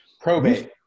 Probate